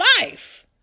life